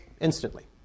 instantly